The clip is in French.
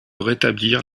rétablir